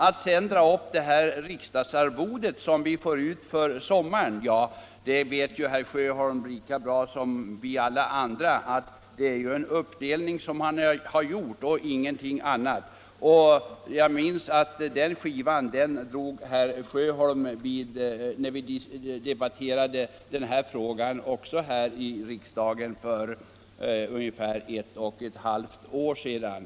I vad gäller frågan att riksdagsarvode utbetalas också under sommaren vet herr Sjöholm lika bra som alla vi andra, att detta endast är en följd av att årsarvodet uppdelats på alla årets månader. Jag erinrar mig att herr Sjöholm också anförde det argumentet när vi diskuterade den här frågan i riksdagen för ett och ett halvt år sedan.